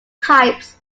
types